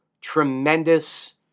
tremendous